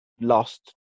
lost